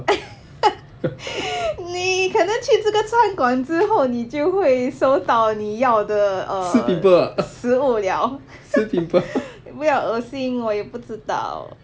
你可能这个去这个餐馆之后你就会收到你要的 err 食物了 不要恶心我也不知道